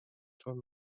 چون